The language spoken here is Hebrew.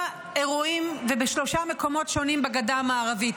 אירועים ובשלושה מקומות שונים בגדה המערבית,